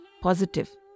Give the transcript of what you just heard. positive